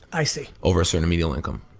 i see. over a certain immediate income.